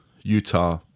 Utah